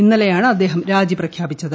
ഇന്നലെയാണ് അദ്ദേഹം രാജി പ്രഖ്യാപിച്ചത്